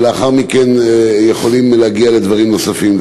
ולאחר מכן יכולים להגיע לדברים נוספים.